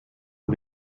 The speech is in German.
und